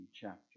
chapter